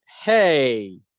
hey